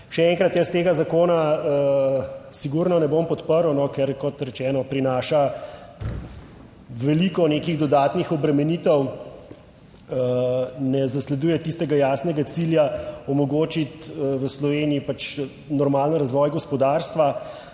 še enkrat, jaz tega zakona sigurno ne bom podprl, ker kot rečeno, prinaša veliko nekih dodatnih obremenitev. Ne zasleduje tistega jasnega cilja, omogočiti v Sloveniji pač normalen razvoj gospodarstva